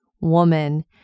woman